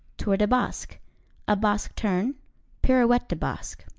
tour de basque a basque turn pirouette de basque.